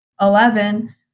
Eleven